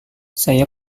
saya